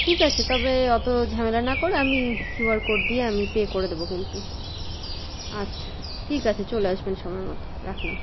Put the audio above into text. ঠিক আছে তবে অতো ঝামেলা না করে আমি কিউআর কোড দিয়ে আমি পে করে দেবো কিন্তু আচ্ছা ঠিক আছে চলে আসবেন সময় মতো রাখলাম